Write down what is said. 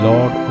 Lord